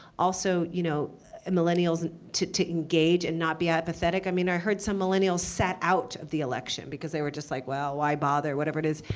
also you know millennials and to to engage and not be apathetic. i mean, i heard some millennials sat out of the election because they were just like, well, why bother? whatever it is,